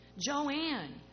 Joanne